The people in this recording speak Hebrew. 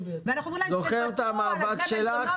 ואנחנו אומרים להן: תוותרו על דמי המזונות